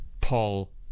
Paul